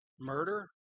murder